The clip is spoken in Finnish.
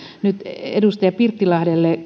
nyt edustaja pirttilahdelle